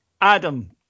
adam